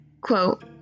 quote